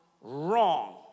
wrong